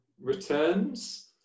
returns